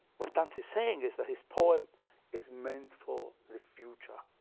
what dante is saying is that his poem is meant for the future,